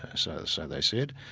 ah so so they said,